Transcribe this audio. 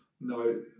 no